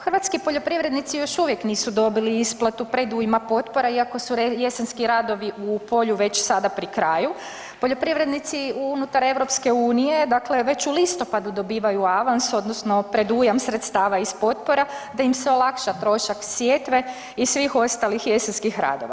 Hrvatski poljoprivrednici još uvijek nisu dobili isplatu predujma potpora iako su jesenski radovi u polju već sada pri kraju, poljoprivrednici unutar EU već u listopadu dobivaju avans odnosno predujam sredstava iz potpora da im se olakša trošak sjetve i svih ostalih jesenskih radova.